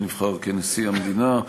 שנבחר לנשיא המדינה,